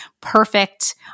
perfect